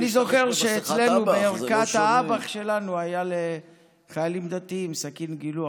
אני זוכר שאצלנו בערכת האב"כ שלנו היה לחיילים דתיים סכין גילוח,